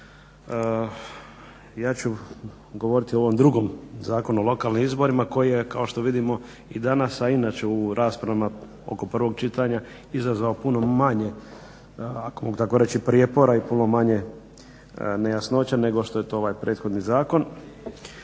Ja ću govoriti o ovom drugom Zakonu o lokalnim izborima koji je kao što vidimo i danas, a i inače u raspravama oko prvog čitanja izazvao puno manje ako mogu tako reći prijepora i puno manje nejasnoća nego što je to ovaj prethodni zakon.